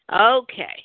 Okay